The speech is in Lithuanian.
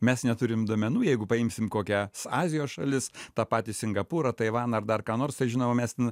mes neturim duomenų jeigu paimsim kokias azijos šalis tą patį singapūrą taivaną ar dar ką nors tai žinoma mes